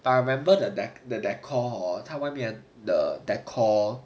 I remember the deck the decor 他外面 the decor